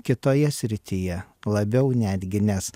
kitoje srityje labiau netgi nes